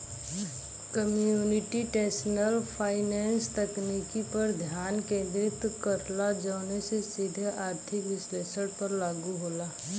computational finance तकनीक पर ध्यान केंद्रित करला जौन सीधे आर्थिक विश्लेषण पर लागू होला